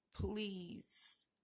please